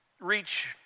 reach